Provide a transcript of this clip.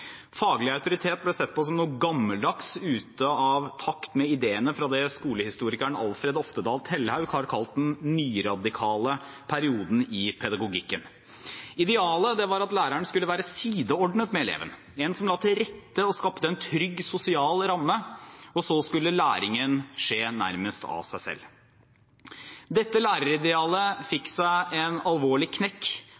Faglig autoritet ble sett på som noe gammeldags, ute av takt med ideene fra det skolehistorikeren Alfred Oftedal Telhaug har kalt den nyradikale perioden i pedagogikken. Idealet var at læreren skulle være sideordnet med eleven – en som la til rette og skapte en trygg sosial ramme – og så skulle læringen skje nærmest av seg selv. Dette læreridealet fikk seg en alvorlig knekk